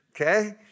Okay